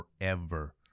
forever